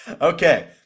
Okay